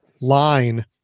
line